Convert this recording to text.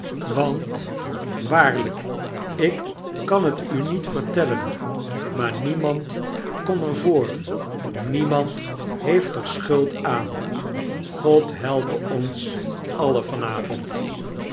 want waarlyk ik kan het u niet vertellen maar niemand kon er voor niemand heeft er schuld aan god helpe ons